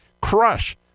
crush